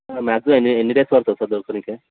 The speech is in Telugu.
మ్యాగ్జిమం ఎన్ని ఎన్ని డేస్ పడుతుంది సార్ దొరకడానికి